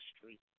Street